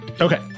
Okay